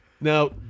Now